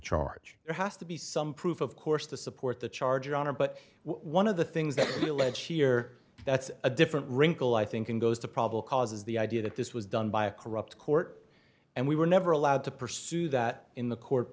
charge there has to be some proof of course to support the charge or honor but one of the things that led here that's a different wrinkle i think and goes to probably causes the idea that this was done by a corrupt court and we were never allowed to pursue that in the court